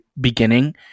beginning